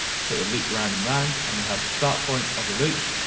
so it'll loop round and round. and we have the start point of the loop,